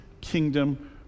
kingdom